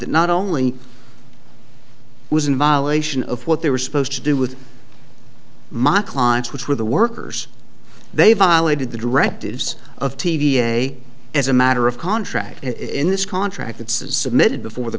that not only was in violation of what they were supposed to do with my clients which were the workers they violated the directives of t v a as a matter of contract in this contract it's submitted before the